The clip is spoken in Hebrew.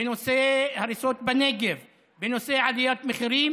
בנושא הריסות בנגב ובנושא עליית מחירים